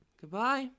Goodbye